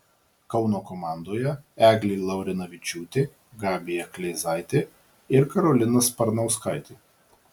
kauno komandoje eglė laurinavičiūtė gabija kleizaitė ir karolina sparnauskaitė